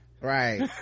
right